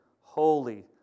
holy